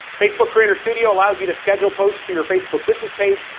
facebook creator studio allows you to schedule posts to your facebook business page,